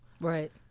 Right